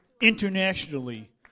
internationally